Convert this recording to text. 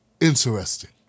interesting